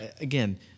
Again